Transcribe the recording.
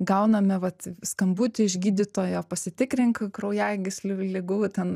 gauname vat skambutį iš gydytojo pasitikrink kraujagyslių ligų ten